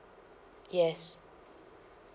yes